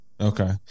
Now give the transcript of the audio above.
Okay